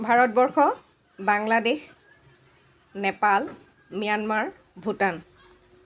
Bharatvarsha Bangladesh Nepal Myanmar Bhutan